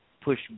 push